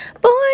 born